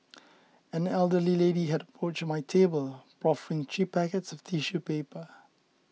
an elderly lady had approached my table proffering three packets of tissue paper